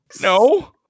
No